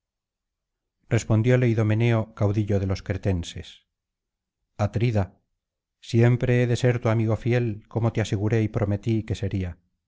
respondióle idomeneo caudillo de los cretenses atrida siempre he de ser tu amigo fiel como te aseguré y prometí que sería